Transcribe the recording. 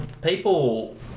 people